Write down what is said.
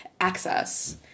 access